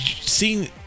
seeing